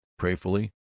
prayfully